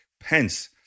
Pence